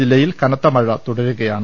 ജില്ലയിൽ കനത്ത മഴ തുടരുകയാണ്